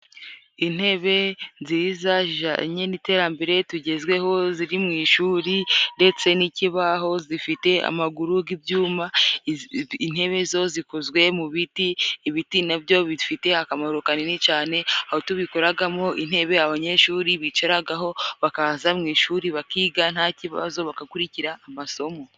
Intebe nziza zijanye n'iterambere tugezeho, ziri mu ishuri, ndetse n'ikibaho zifite amaguru g'ibyuma. Intebe zo zikozwe mu biti. Ibiti na byo bifite akamaro kanini cane, aho tubikoragamo intebe abanyeshuri bicaragaho, bakaza mu ishuri, bakiga nta kibazo, bagakurikira amasomo.